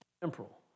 temporal